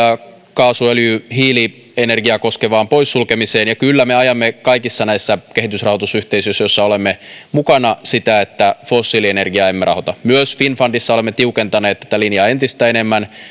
kaasu öljy ja hiilienergiaa koskevaan poissulkemiseen ja kyllä me ajamme kaikissa näissä kehitysrahoitusyhteisöissä joissa olemme mukana sitä että fossiilienergiaa emme rahoita myös finnfundissa olemme tiukentaneet tätä linjaa entistä enemmän